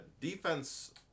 Defense